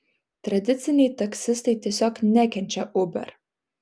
tradiciniai taksistai tiesiog nekenčia uber